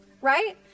right